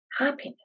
happiness